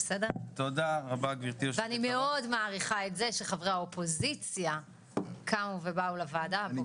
ואני מאוד מעריכה את זה שחברי האופוזיציה קמו ובאו לוועדה הזו